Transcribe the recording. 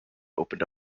opened